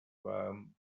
rum